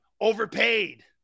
overpaid